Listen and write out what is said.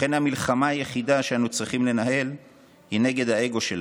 לכן המלחמה היחידה שאנו צריכים לנהל היא נגד האגו שלנו,